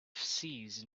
sees